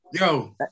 Yo